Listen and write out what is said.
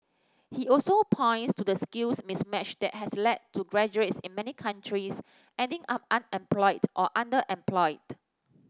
he also points to the skills mismatch that has led to graduates in many countries ending up unemployed or underemployed